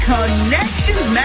Connections